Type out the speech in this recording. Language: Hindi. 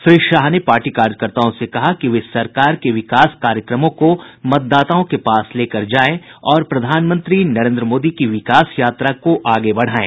श्री शाह ने पार्टी कार्यकर्ताओं से कहा कि वे सरकार के विकास कार्यक्रमों को मतदाताओं के पास लेकर जाएं और प्रधानमंत्री नरेन्द्र मोदी की विकास यात्रा को आगे बढ़ाएं